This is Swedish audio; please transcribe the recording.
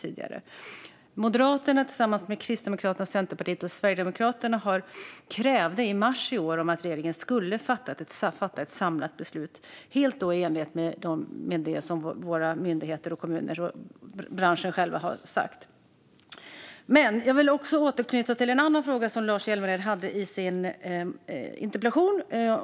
Moderaterna krävde tillsammans med Kristdemokraterna, Centerpartiet och Sverigedemokraterna i mars i år att regeringen skulle fatta ett samlat beslut, helt i enlighet med det som myndigheter, kommuner och branschen själv har sagt. Jag vill återknyta till en annan fråga som Lars Hjälmered ställde i sin interpellation.